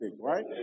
right